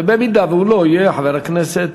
ואם הוא לא יהיה, חבר הכנסת,